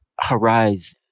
horizon